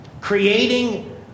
creating